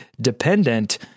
dependent